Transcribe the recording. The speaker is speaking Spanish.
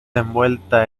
envuelta